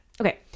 Okay